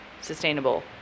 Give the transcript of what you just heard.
sustainable